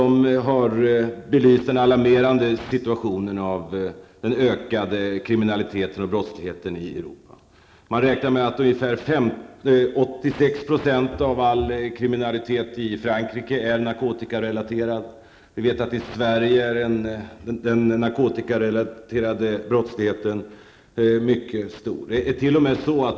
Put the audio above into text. Man har där belyst den alarmerande situationen med den ökade kriminaliteten i Europa. Man räknar med att ungefär 86 % av all kriminalitet i Frankrike är narkotikarelaterad. Vi vet att i Sverige är den narkotikarelaterade brottsligheten mycket stor.